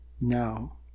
now